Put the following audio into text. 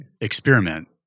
experiment